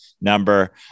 number